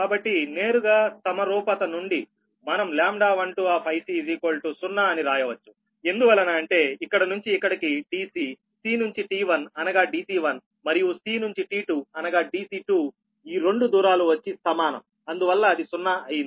కాబట్టి నేరుగా సమరూపత నుండి మనం λ12 0 అని రాయవచ్చు ఎందువలన అంటే ఇక్కడ నుంచి ఇక్కడికి Dcc నుంచి T1 అనగా Dc1 మరియు c నుంచి T2 అనగా Dc2 ఈ రెండు దూరాలు వచ్చి సమానం అందువల్ల అది 0 అయింది